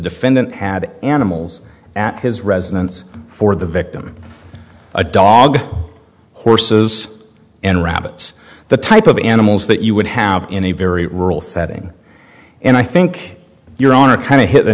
defendant had animals at his residence for the victim a dog horses and rabbits the type of animals that you would have in a very rural setting and i think your honor kind of hit the